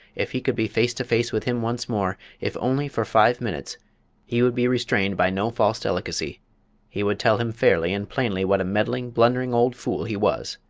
if he could be face to face with him once more if only for five minutes he would be restrained by no false delicacy he would tell him fairly and plainly what a meddling, blundering old fool he was.